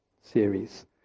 series